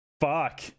Fuck